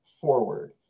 forward